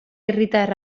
herritar